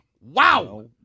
Wow